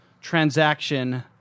transaction